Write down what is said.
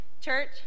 church